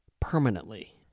permanently